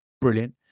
brilliant